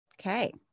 Okay